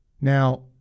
Now